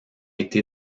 été